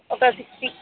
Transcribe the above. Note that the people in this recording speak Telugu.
ఒక సిక్స్టి